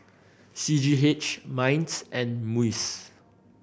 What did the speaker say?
C G H MINDS and MUIS